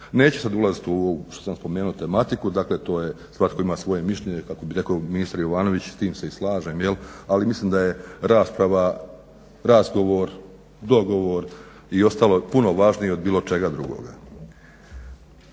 Neću sad ulazit u ovu što sam spomenuo tematiku. Dakle to je svatko ima svoje mišljenje kako bi rekao ministar Jovanović s tim se i slažem jel, ali mislim da je rasprava razgovor, dogovor i ostalo puno važnije od bilo čega drugoga.